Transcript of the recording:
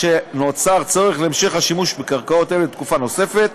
כשנוצר צורך בהמשך השימוש בקרקעות אלה לתקופה נוספת,